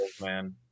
man